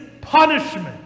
punishment